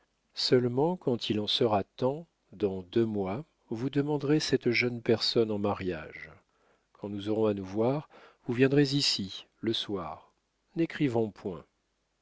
seulement quand il en sera temps dans deux mois vous demanderez cette jeune personne en mariage quand nous aurons à nous voir vous viendrez ici le soir n'écrivons point